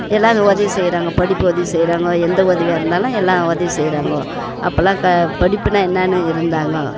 எல்லாரும் உதவி செய்கிறாங்க படிப்பு உதவி செய்கிறாங்கோ எந்த உதவியா இருந்தாலும் எல்லா உதவி செய்கிறாங்கோ அப்போலாம் க படிப்புன்னால் என்ன இருந்தாங்கோ